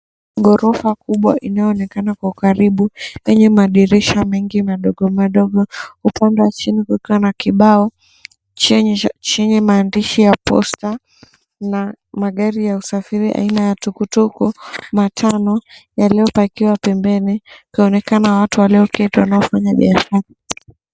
Ghorofa kubwa inayoonekana kwa karibu, yenye madirisha madogo madogo upande wa chini kukiwa na kibao chenye maandishi ya posta na magari ya usafiri ya aina ya tuktuk matano yaliyopakiwa pembeni ikionekana watu walioketi ni wafanyabiashara.